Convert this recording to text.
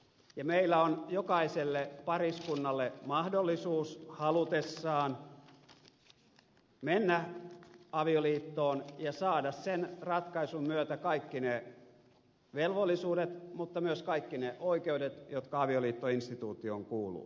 meillä on jokaisella pariskunnalla mahdollisuus halutessaan mennä avioliittoon ja saada sen ratkaisun myötä kaikki ne velvollisuudet mutta myös kaikki ne oikeudet jotka avioliittoinstituutioon kuuluvat